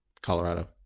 Colorado